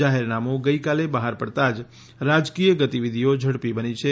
જાહેરનામું ગઇકાલે બહાર પડતા જ રાજકીય ગતિવીધીઓ ઝડપી બની છે